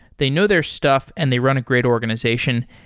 they know their stuff and they run a great organization.